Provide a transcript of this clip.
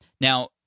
Now